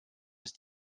ist